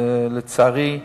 לצערי,